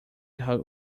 hug